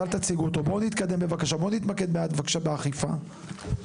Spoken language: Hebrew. אז אל תציגו אותו בואו נתקדם ונתמקד מעט באכיפה בבקשה.